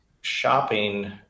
shopping